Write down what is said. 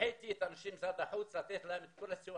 'הנחיתי את אנשי משרד החוץ לתת להם את כל הסיוע